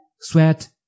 sweat